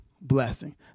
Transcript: blessing